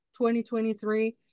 2023